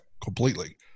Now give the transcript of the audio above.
completely